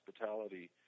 hospitality